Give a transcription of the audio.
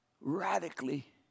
radically